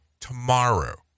Tomorrow